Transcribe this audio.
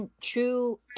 true